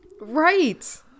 Right